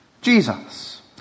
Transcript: Jesus